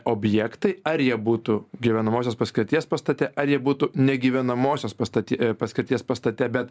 objektai ar jie būtų gyvenamosios paskirties pastate ar jie būtų negyvenamosios pastatie paskirties pastate bet